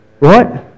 Right